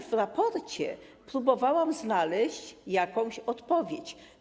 W raporcie próbowałam znaleźć jakąś odpowiedź.